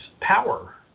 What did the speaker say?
power